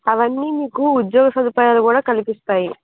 అవన్నీ మీకు ఉద్యోగ సదుపాయాలు కూడా కల్పిస్తాయి